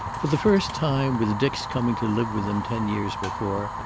for the first time, with dick's coming to live with them ten years before,